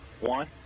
one